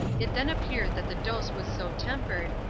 it then appeared that the dose was so tempered,